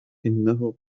إنه